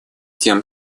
тем